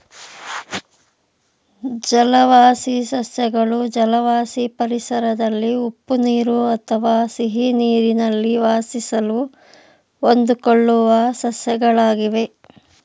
ಜಲವಾಸಿ ಸಸ್ಯಗಳು ಜಲವಾಸಿ ಪರಿಸರದಲ್ಲಿ ಉಪ್ಪು ನೀರು ಅಥವಾ ಸಿಹಿನೀರಲ್ಲಿ ವಾಸಿಸಲು ಹೊಂದಿಕೊಳ್ಳುವ ಸಸ್ಯಗಳಾಗಿವೆ